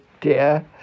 dear